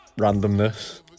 randomness